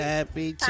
Happy